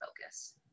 focus